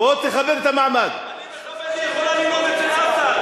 היא יכולה ללכת לסוריה.